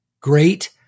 great